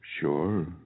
Sure